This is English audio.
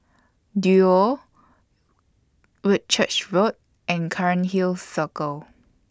Duo Whitchurch Road and Cairnhill Circle